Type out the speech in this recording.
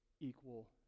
equal